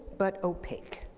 but opaque.